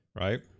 right